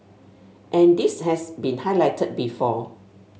and this has been highlighted before